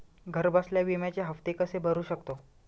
घरबसल्या विम्याचे हफ्ते कसे भरू शकतो?